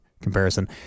comparison